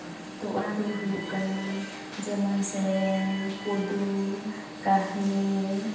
ᱛᱚ ᱚᱱᱟ ᱫᱚ ᱦᱩᱭᱩᱜ ᱠᱟᱱᱟ ᱡᱮᱢᱚᱱ ᱥᱮᱨᱮᱧ ᱠᱩᱫᱩᱢ ᱠᱟᱹᱦᱱᱤ